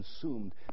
consumed